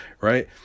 right